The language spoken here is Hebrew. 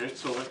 שיש צורך,